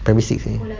primary six eh